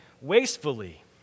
wastefully